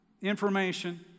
information